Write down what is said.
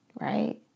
Right